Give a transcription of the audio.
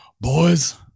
boys